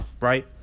right